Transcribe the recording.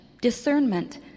discernment